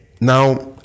Now